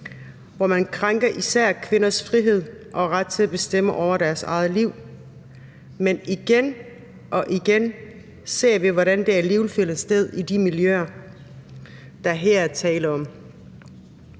hvor man krænker især kvinders frihed og ret til at bestemme over deres eget liv. Men igen og igen ser vi, hvordan det alligevel finder sted i de miljøer, der her er tale om.